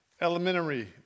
elementary